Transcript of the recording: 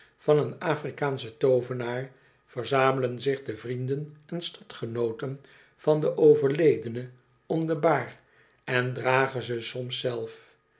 van een afrikaanschen too venaar verzamelen zich de vrienden en stadgenooten van den overledene om do baar en dragen ze soms